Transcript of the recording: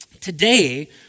today